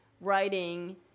writing